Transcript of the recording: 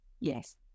yes